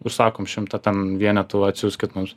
užsakom ten šimtą vienetų atsiųskit mums